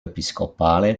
episcopale